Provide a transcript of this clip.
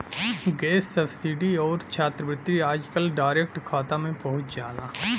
gas subsidy आउर छात्रवृत्ति आजकल डायरेक्ट खाता में पहुंच जाला